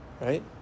right